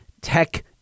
tech